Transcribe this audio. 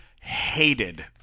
Hated